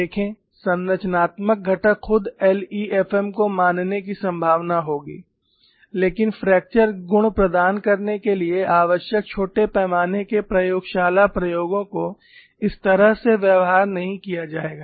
देखें संरचनात्मक घटक खुद एलईएफएम को मानने की संभावना होगी लेकिन फ्रैक्चर गुण प्रदान करने के लिए आवश्यक छोटे पैमाने के प्रयोगशाला प्रयोगों को इस तरह से व्यवहार नहीं किया जाएगा